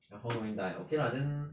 your phone going die ah okay lah then